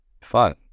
fun